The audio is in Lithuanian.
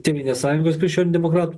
tėvynės sąjungos krikščionių demokrat